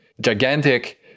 gigantic